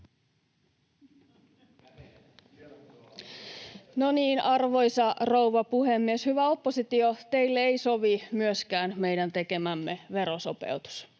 Arvoisa rouva puhemies! Hyvä oppositio, teille ei sovi myöskään meidän tekemämme verosopeutus.